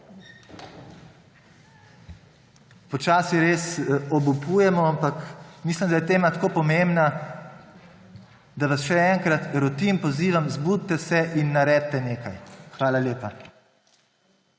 Počasi res obupujemo, ampak mislim, da je tema tako pomembna, da vas še enkrat rotim, pozivam, zbudite se in naredite nekaj. Hvala lepa.